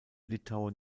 litauen